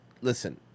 Listen